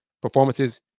performances